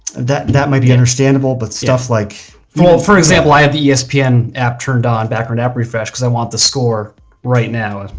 that, that might be understandable but stuff like full, for example, i have the espn app turned on background app refresh because i want the score right now.